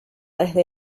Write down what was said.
desde